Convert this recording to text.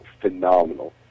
Phenomenal